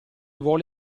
vuole